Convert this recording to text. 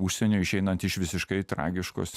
užsienio išeinant iš visiškai tragiškos